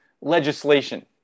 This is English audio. legislation